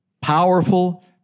Powerful